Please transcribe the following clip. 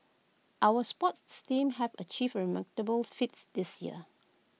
our sports teams have achieved remarkable feats this year